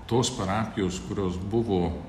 tos parapijos kurios buvo